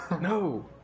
No